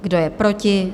Kdo je proti?